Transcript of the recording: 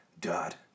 dot